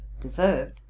deserved